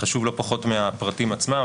חשוב לא פחות מהפרטים עצמם,